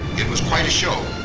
it was quite a show,